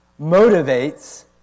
motivates